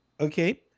Okay